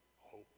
hope